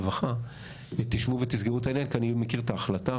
הרווחה תשבו ותסגרו את העניין כי אני מכיר את ההחלטה,